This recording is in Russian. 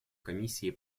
комиссии